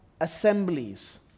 assemblies